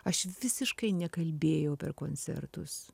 aš visiškai nekalbėjau per koncertus